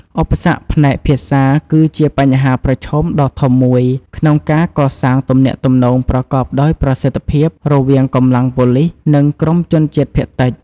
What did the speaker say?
ឧបសគ្គផ្នែកភាសាគឺជាបញ្ហាប្រឈមដ៏ធំមួយក្នុងការកសាងទំនាក់ទំនងប្រកបដោយប្រសិទ្ធភាពរវាងកម្លាំងប៉ូលិស និងក្រុមជនជាតិភាគតិច។